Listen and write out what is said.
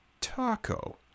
taco